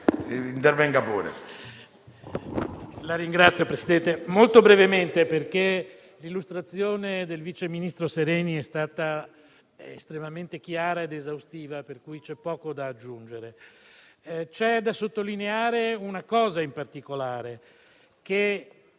intervengo molto brevemente. L'illustrazione del vice ministro Sereni è stata estremamente chiara ed esaustiva, per cui c'è poco da aggiungere. C'è da sottolineare una cosa in particolare: il